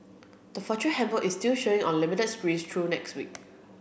the Fortune Handbook is still showing on limited screens through next week